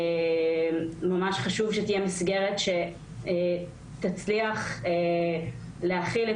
ממש חשוב שתהיה מסגרת שתצליח להכיל את